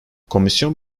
komisyon